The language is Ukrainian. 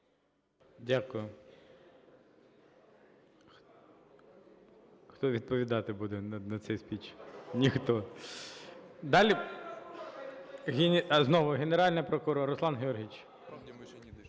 Дякую. Хто відповідати буде на цей спіч? Ніхто. Знову Генеральний прокурор. Руслане Георгійовичу.